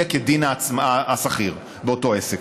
יהיה כדין השכיר באותו עסק,